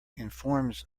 informs